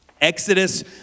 Exodus